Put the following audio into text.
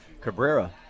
Cabrera